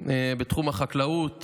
בתחום החקלאות